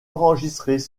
enregistrées